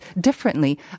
differently